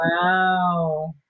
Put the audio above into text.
Wow